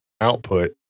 output